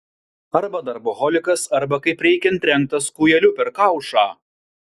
arba darboholikas arba kaip reikiant trenktas kūjeliu per kaušą